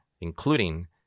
including